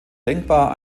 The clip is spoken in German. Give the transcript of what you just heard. denkbar